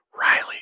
Riley